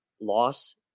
loss